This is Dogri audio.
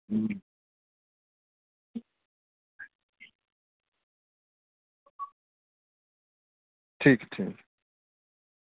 अं ठीक ठीक